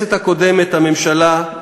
בכנסת הקודמת הממשלה,